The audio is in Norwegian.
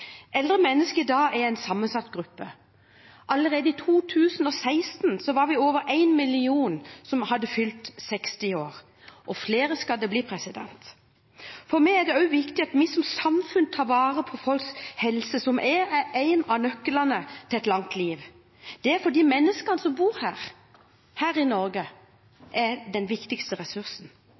Eldre mennesker i dag er en sammensatt gruppe. Allerede i 2016 var det over én million som hadde fylt 60 år. Og flere skal det bli. For meg er det også viktig at vi som samfunn tar vare på folks helse, som er en av nøklene til et langt liv. Det er fordi menneskene som bor her i Norge, er den viktigste ressursen.